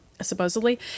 supposedly